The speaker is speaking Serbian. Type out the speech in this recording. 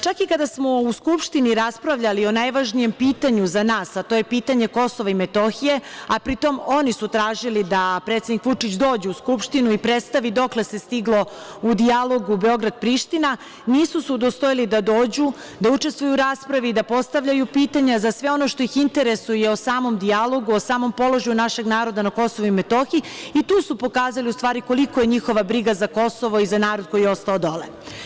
Čak i kada smo u Skupštini raspravljali o najvažnijem pitanju za nas, a to je pitanje Kosova i Metohije, a pri tom oni su tražili da predsednik Vučić dođe u Skupštinu i predstavi dokle se stiglo u dijalogu Beograd-Priština, nisu se udostojili da dođu, da učestvuju u raspravi, da postavljaju pitanja za sve ono što ih interesuje o samom dijalogu, o samom položaju našeg naroda na Kosovu i Metohiji i tu su pokazali u stvari kolika je njihova briga za Kosovo i za narod koji je ostao dole.